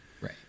Right